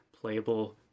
playable